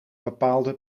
bepaalde